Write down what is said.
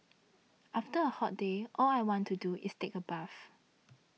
after a hot day all I want to do is take a bath